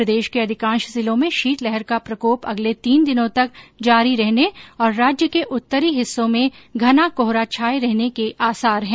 प्रदेश के अधिकांश जिलों में शीतलहर का प्रकोप अगले तीन दिनों तक जारी रहने और राज्य के उत्तरी हिस्सों में घना कोहरा छाये रहने के आसार है